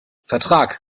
vertrag